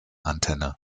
antenne